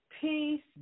peace